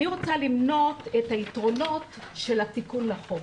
אני רוצה למנות את היתרונות של התיקון לחוק.